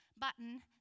button